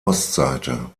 ostseite